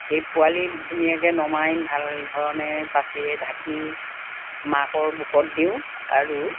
সেই পোৱালী ধুনীয়াকৈ নমাই ভাল ধৰণে পাচিৰে ঢাকি মাকৰ বোকত দিওঁ আৰু